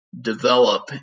develop